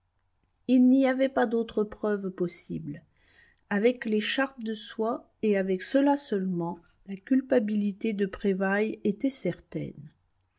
il n'y avait pas d'autre preuve possible avec l'écharpe de soie et avec cela seulement la culpabilité de prévailles était certaine